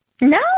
No